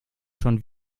schon